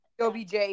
OBJ